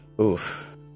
Oof